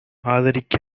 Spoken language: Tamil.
ஆதரிக்க